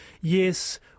Yes